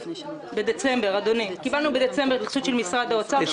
בדצמבר האחרון התייחסות של משרד האוצר.